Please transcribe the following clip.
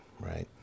right